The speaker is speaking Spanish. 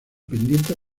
pendiente